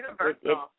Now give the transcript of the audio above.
universal